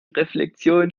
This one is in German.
reflexion